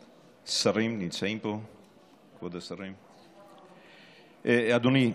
שרים, נמצאים פה כבוד השרים, אדוני,